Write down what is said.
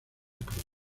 cruz